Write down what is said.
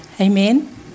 amen